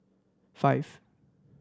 five